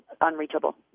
unreachable